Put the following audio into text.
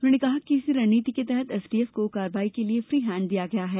उन्होंने कहा कि इसी रणनीति के तहत एसटीएफ को कार्यवाही के लिए फ्रीहैड दिया गया है